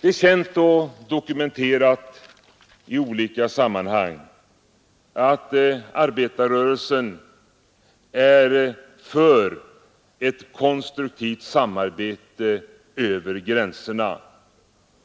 Det är känt och dokumenterat i olika sammanhang att arbetarrörelsen är för ett konstruktivt samarbete över gränserna.